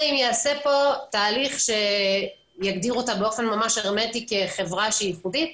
אם כן ייעשה פה תהליך שיגדיר אותה הרמטית כחברה ייחודית.